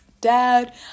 dad